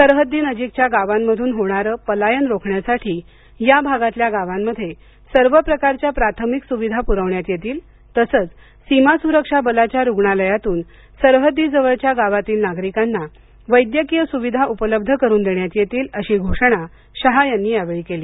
सरहद्दीनजीकच्या गावांमधून होणार पलायन रोखण्यासाठी या भागातल्या गावांमध्ये सर्व प्रकारच्या प्राथमिक सुविधा पुरवण्यात येतील तसंच सीमा सुरक्षा बलाच्या रुग्णालयातून सरहद्दी जवळच्या गावातील नागरिकांना वैद्यकीय सुविधा उपलब्ध करून देण्यात येतील अशी घोषणा शाह यांनी यावेळी केली